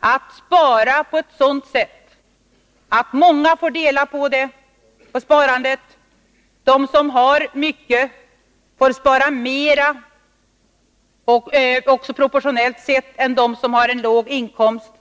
att spara på ett sådant sätt att många får dela på sparandet. De som har mycket får spara mer också proportionellt sett än de som har en låg inkomst.